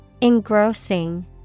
engrossing